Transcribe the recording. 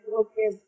okay